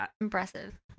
impressive